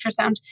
ultrasound